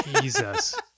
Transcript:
Jesus